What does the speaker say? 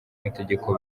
amategeko